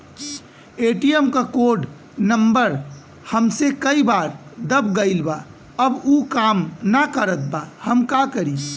ATM क code number हमसे कई बार दब गईल बा अब उ काम ना करत बा हम का करी?